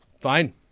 Fine